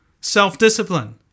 self-discipline